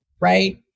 right